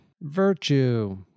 virtue